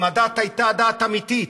אם הדת הייתה דת אמיתית,